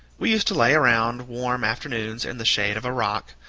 we used to lay around, warm afternoons, in the shade of a rock,